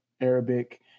Arabic